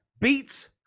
beats